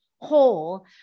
whole